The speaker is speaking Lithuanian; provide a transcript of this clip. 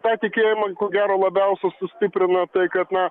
tą tikėjimą ko gero labiausia sustiprina tai kad na